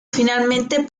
finalmente